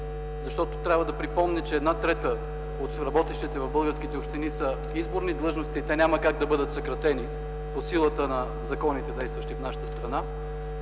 общини. Трябва да припомня, че една трета от работещите в българските общини са на изборни длъжности и те няма как да бъдат съкратени по силата на законите, действащи в нашата страна.